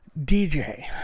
DJ